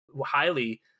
highly